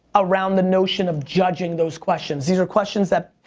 around the notion of judging those questions. these are questions that,